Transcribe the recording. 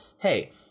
hey